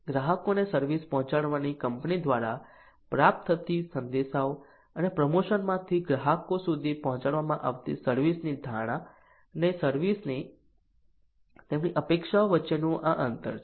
ગ્રાહકોને સર્વિસ પહોંચાડવાની કંપની દ્વારા પ્રાપ્ત થતી સંદેશાઓ અને પ્રમોશનમાંથી ગ્રાહકો સુધી પહોંચાડવામાં આવતી સર્વિસ ની ધારણા અને સર્વિસ ની તેમની અપેક્ષાઓ વચ્ચેનું આ અંતર છે